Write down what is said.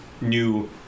New